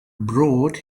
brought